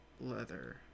leather